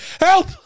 Help